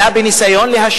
אלא היא קיימת בניסיון להשפיע,